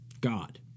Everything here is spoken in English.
God